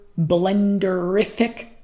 blenderific